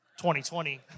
2020